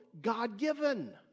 God-given